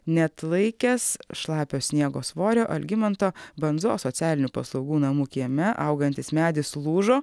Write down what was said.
neatlaikęs šlapio sniego svorio algimanto bandzos socialinių paslaugų namų kieme augantis medis lūžo